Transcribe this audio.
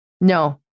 No